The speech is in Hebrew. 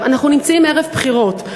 אנחנו נמצאים ערב הבחירות,